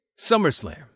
SummerSlam